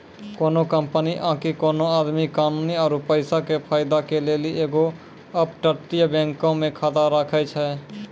कोनो कंपनी आकि कोनो आदमी कानूनी आरु पैसा के फायदा के लेली एगो अपतटीय बैंको मे खाता राखै छै